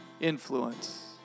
influence